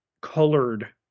colored